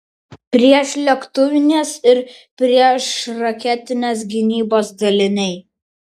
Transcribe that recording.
priešlėktuvinės ir priešraketinės gynybos daliniai